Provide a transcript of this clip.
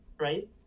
right